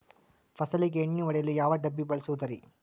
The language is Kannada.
ಫಸಲಿಗೆ ಎಣ್ಣೆ ಹೊಡೆಯಲು ಯಾವ ಡಬ್ಬಿ ಬಳಸುವುದರಿ?